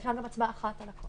אפשר גם הצבעה אחת על הכול.